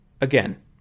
again